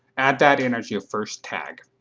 add that in as your first tag.